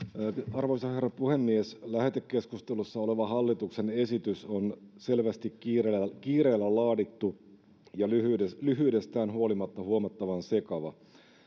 arvoisa herra puhemies lähetekeskustelussa oleva hallituksen esitys on selvästi kiireellä laadittu ja lyhyydestään huolimatta huomattavan sekava